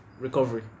Recovery